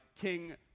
King